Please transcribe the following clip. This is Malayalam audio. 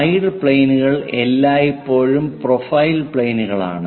സൈഡ് പ്ലെയിനുകൾ എല്ലായ്പ്പോഴും പ്രൊഫൈൽ പ്ലെയിനുകളാണ്